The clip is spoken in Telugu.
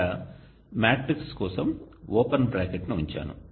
ఇక్కడ మ్యాట్రిక్స్ కోసం ఓపెన్ బ్రాకెట్ను ఉంచాను